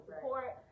support